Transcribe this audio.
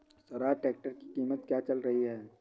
Swaraj tractor की कीमत क्या चल रही है?